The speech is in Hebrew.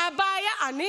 את בושה, את שונאת נשים.